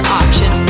option